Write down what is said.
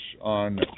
on